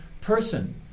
person